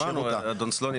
אמרנו את זה, אדון סלונים.